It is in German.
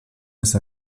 ist